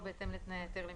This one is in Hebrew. בלא היתר,